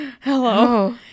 hello